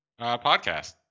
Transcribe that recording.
podcast